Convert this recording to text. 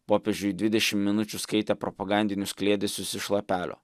popiežiui dvidešim minučių skaitė propagandinius kliedesius iš lapelio